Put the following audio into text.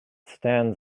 stands